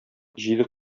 җиде